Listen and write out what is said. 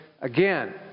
again